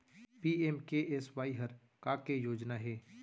PMKSY हर का के योजना हे?